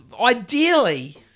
ideally